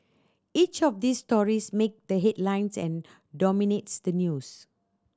each of these stories make the headlines and dominates the news